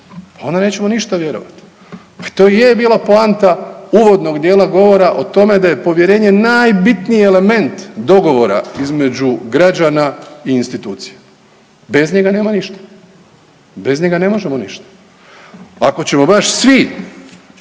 onda nećemo ništa vjerovati. Pa to i je bila poanta uvodnog dijela govora o tome da je povjerenje najbitniji element dogovora između građana i institucija. Bez njega nema ništa. Bez njega ne možemo ništa. Ako ćemo baš svi